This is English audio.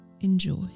enjoy